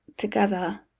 Together